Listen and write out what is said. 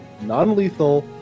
non-lethal